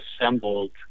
assembled